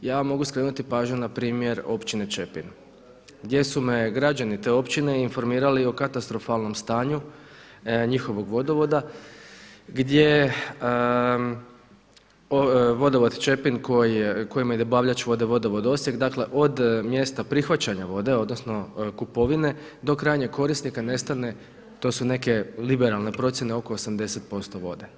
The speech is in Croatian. Ja vam mogu skrenuti pažnju na primjer općine Čepin gdje su me građani te općine informirali o katastrofalnom stanju njihovog vodovoda gdje Vodovod Čepin kojem je dobavljač vode Vodovod Osijek, dakle od mjesta prihvaćanja vode, odnosno kupovine, do krajnjeg korisnika nestane, to su neke liberalne procjene oko 80% vode.